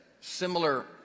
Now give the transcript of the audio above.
similar